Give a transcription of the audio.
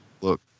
Look